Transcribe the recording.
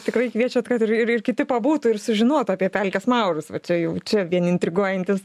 tikrai kviečiat kad ir ir ir kiti pabūtų ir sužinotų apie pelkės maurus va čia jau čia vien intriguojantis